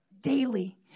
daily